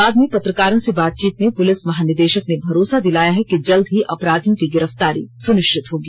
बाद में पत्रकारों से बातचीत में पुलिस महानिदेशक ने भरोसा दिलाया है कि जल्द ही अपराधियों की गिरफ्तारी सुनिष्वित होगी